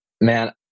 Man